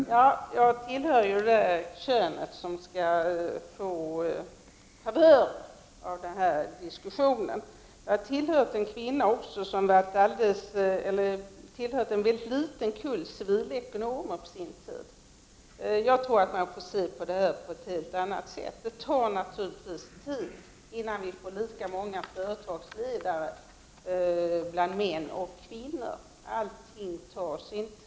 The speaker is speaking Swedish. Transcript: Fru talman! Jag tillhör det kön som skall få favörer av den här diskussionen. På sin tid tillhörde jag också en mycket liten kull kvinnliga civilekonomer. Jag tror att man får se på det här på ett helt annat sätt. Det tar naturligtvis tid, innan vi bland företagsledarna får lika många kvinnor som män. Allt tar sin tid.